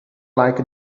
like